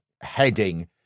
heading